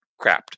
crapped